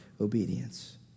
obedience